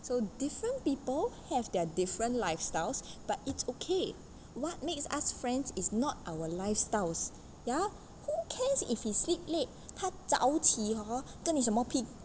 so different people have their different lifestyles but it's okay what makes us friends is not our lifestyles ya who cares if he sleep late 他早起 hor 跟你什么屁